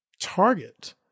target